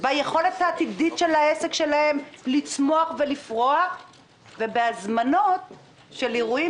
ביכולת העתידית של העסק שלהם לצמוח ולפרוס ובהזמנות של אירועים.